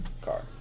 car